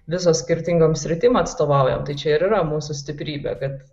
visos skirtingom sritim atstovaujam tai čia ir yra mūsų stiprybė kad